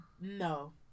no